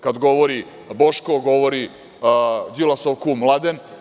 Kada govori Boško, govori Đilasov kum Mladen.